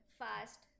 fast